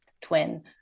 twin